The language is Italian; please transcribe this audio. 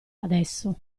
adesso